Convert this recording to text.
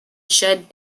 shut